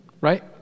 right